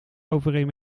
overeen